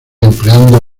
empleando